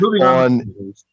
on